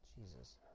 Jesus